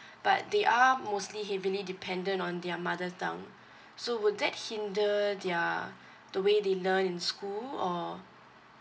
but they are mostly heavily dependent on their mother tongue so would that hinder their the way they learn in school or